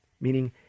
Meaning